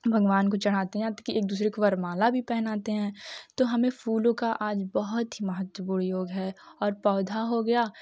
भगवान को चढ़ाते हैं एक दूसरे को वर्णमाला भी पहनाते हैं तो हमें फूलों का आज बहुत ही महत्वपूर्ण योग है और पौधा हो गया